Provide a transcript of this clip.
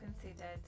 considered